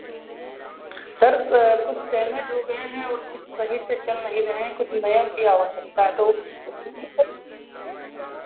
sir कुछ damage हो गए हैं और कुछ सही से चल नहीं रहे हैं कुछ नए की आवश्यकता है तो